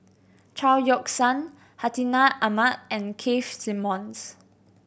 Chao Yoke San Hartinah Ahmad and Keith Simmons